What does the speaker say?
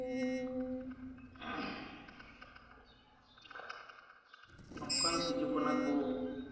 ᱱᱚᱝᱠᱟᱱ ᱛᱤᱡᱩ ᱠᱟᱱᱟ ᱠᱚ